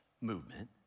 movement